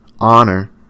honor